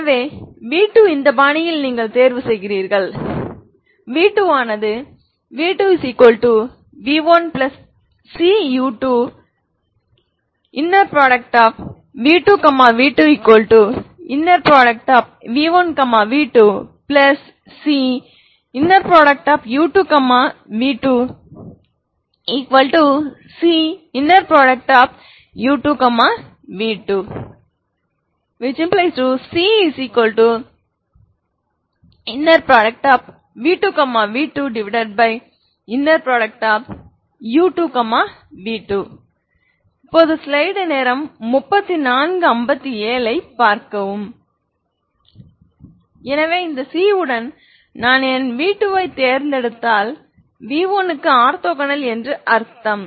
எனவே v2 இந்த பாணியில் நீங்கள் தேர்வு செய்கிறீர்கள் v2v1cu2 ⇒ v2 v2 v1 v2cu2 v2cu2 v2 ⇒ cv2 v2u2 v2 எனவே இந்த c உடன் நான் என் v2 ஐத் தேர்ந்தெடுத்தால் v1 க்கு ஆர்த்தோகனல் என்று அர்த்தம்